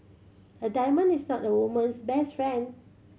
a diamond is not a woman's best friend